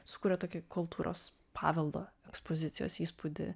sukuria tokį kultūros paveldo ekspozicijos įspūdį